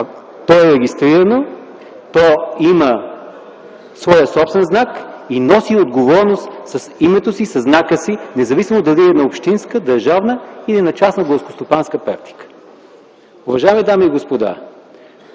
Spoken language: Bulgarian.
То е регистрирано и има свой собствен знак и носи отговорност с името и със знака си, независимо дали е на общинска, държавна или частна горскостопанска практика. Уважаеми дами и господа,